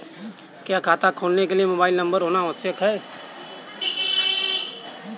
क्या खाता खोलने के लिए मोबाइल नंबर होना आवश्यक है?